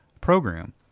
program